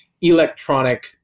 electronic